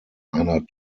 einer